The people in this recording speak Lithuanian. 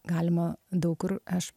galima daug kur aš